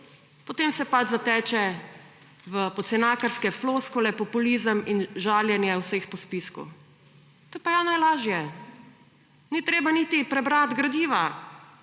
potem se pač zateče v pocenakarske floskule, populizem in žaljenje vseh po spisku. To je pa ja najlažje. Ni treba niti prebrati gradiva.